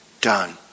done